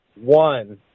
one